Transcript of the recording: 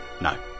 No